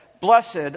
blessed